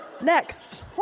Next